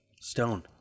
Stone